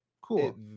cool